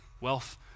wealth